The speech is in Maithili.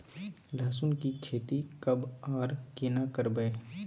लहसुन की खेती कब आर केना करबै?